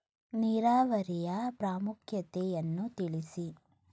ನೀರಾವರಿಯ ಪ್ರಾಮುಖ್ಯತೆ ಯನ್ನು ತಿಳಿಸಿ?